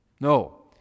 no